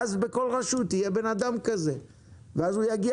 ואז בכל רשות יהיה בן אדם כזה והוא יגיע